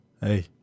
Hey